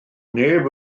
neb